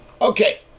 Okay